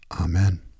Amen